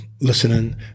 listening